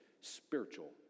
spiritual